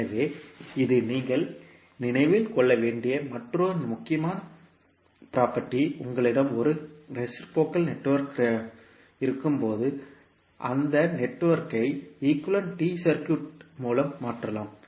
எனவே இது நீங்கள் நினைவில் கொள்ள வேண்டிய மற்றொரு முக்கியமான புரோபர்டி உங்களிடம் ஒரு ரேசிப்ரோகல் நெட்வொர்க் இருக்கும்போது அந்த நெட்வொர்க்கை ஈக்குவேலன்ட் T சர்க்யூட் மூலம் மாற்றலாம்